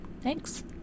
Thanks